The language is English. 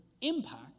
impact